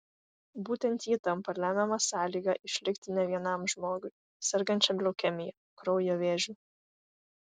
būtent ji tampa lemiama sąlyga išlikti ne vienam žmogui sergančiam leukemija kraujo vėžiu